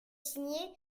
signée